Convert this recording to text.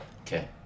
okay